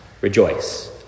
rejoice